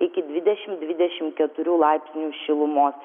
iki dvidešimt dvidešimt keturių laipsnių šilumos